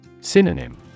Synonym